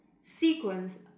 sequence